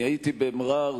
הייתי במע'אר.